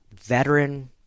veteran